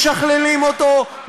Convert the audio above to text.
משכללים אותו,